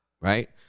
right